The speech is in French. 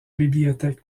bibliothèque